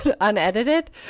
unedited